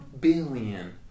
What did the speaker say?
billion